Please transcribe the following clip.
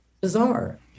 bizarre